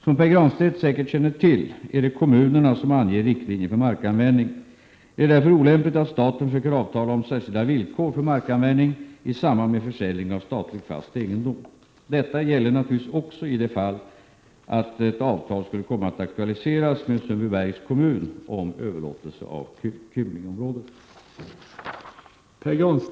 Som Pär Granstedt säkert känner till är det kommunerna som anger riktlinjer för markanvändning. Det är därför olämpligt att staten försöker avtala om särskilda villkor för markanvändning i samband med försäljning av statlig fast egendom. Detta gäller naturligtvis också i det fall ett avtal skulle komma att aktualiseras med Sundbybergs kommun om överlåtelse av Kymlingeområdet.